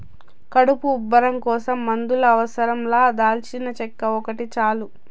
కడుపు ఉబ్బరం కోసం మందుల అవసరం లా దాల్చినచెక్క ఒకటి చాలు